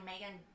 Megan